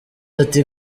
ati